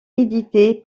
édité